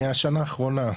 מהשנה האחרונה,